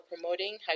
promoting